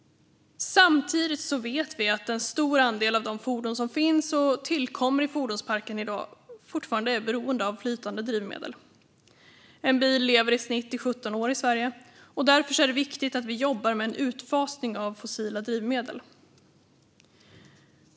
Samtidigt vet vi att en stor andel av de fordon som finns och som tillkommer i fordonsparken i dag fortfarande är beroende av flytande drivmedel. En bil lever i genomsnitt i 17 år i Sverige. Därför är det viktigt att vi jobbar med en utfasning av fossila drivmedel.